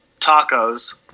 Tacos